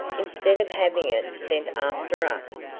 instead of having it sent after us.